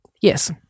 Yes